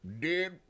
Dead